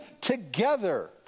together